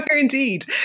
indeed